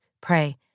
pray